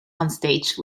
onstage